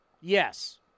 Yes